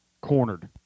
cornered